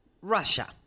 Russia